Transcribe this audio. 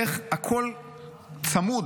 איך הכול צמוד,